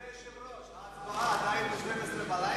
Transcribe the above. אדוני היושב-ראש, ההצבעה עדיין ב-24:00?